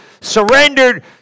surrendered